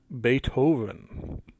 Beethoven